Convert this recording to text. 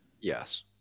Yes